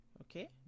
okay